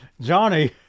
Johnny